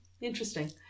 interesting